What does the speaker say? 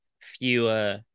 fewer